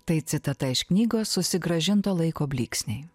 tai citata iš knygos susigrąžinto laiko blyksniai